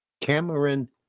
Cameron